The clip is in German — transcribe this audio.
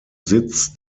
sitz